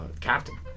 captain